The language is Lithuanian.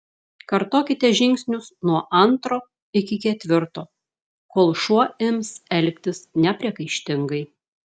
kartokite žingsnius nuo antro iki ketvirto kol šuo ims elgtis nepriekaištingai